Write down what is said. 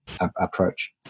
approach